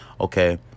okay